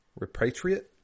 Repatriate